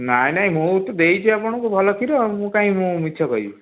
ନାହିଁ ନାହିଁ ମୁଁ ତ ଦେଇଛ ଆପଣଙ୍କୁ ଭଲ କ୍ଷୀର ମୁଁ କାହିଁକି ମୁଁ ମିଛ କହିବି